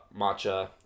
matcha